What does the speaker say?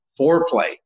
foreplay